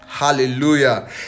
hallelujah